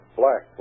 black